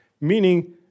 meaning